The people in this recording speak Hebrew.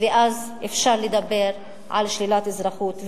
ואז אפשר לדבר על שלילת אזרחות.